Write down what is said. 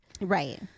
Right